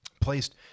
placed